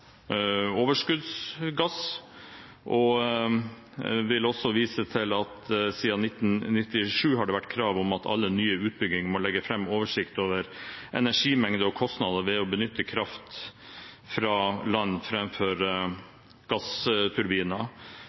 overskuddsgass, og jeg vil også vise til at siden 1997 har det vært krav om at man for alle nye utbygginger må legge fram oversikt over energimengde og kostnader ved å benytte kraft fra land, framfor gassturbiner.